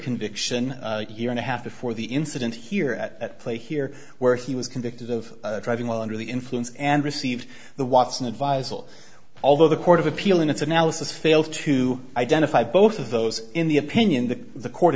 conviction here and a half before the incident here at play here where he was convicted of driving while under the influence and received the watson advisable although the court of appeal in its analysis failed to identify both of those in the opinion that the court